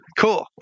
Cool